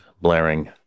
blaring